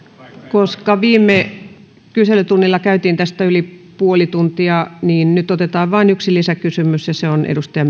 koska viime kyselytunnilla käytiin tästä keskustelua yli puoli tuntia niin nyt otetaan vain yksi lisäkysymys ja se on edustaja